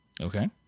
okay